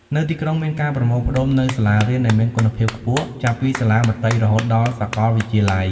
នៅទីក្រុងមានការប្រមូលផ្តុំនូវសាលារៀនដែលមានគុណភាពខ្ពស់ ចាប់ពីសាលាមត្តេយ្យរហូតដល់សាកលវិទ្យាល័យ។